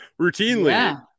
routinely